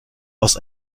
aus